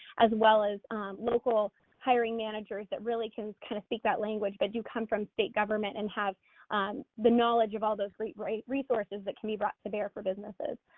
as well as local hiring managers that really can kinda speak that language, but do come from state government and have the knowledge of all those great great resources that can be brought to bear for businesses.